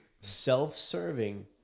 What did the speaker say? self-serving